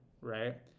right